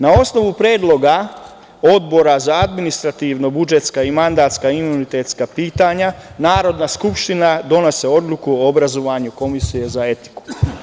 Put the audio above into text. Na osnovu predloga Odbora za administrativno-budžetska i mandatsko-imunitetska pitanja, Narodna skupština donosi odluku o obrazovanju Komisije za etiku.